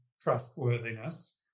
trustworthiness